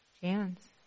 chance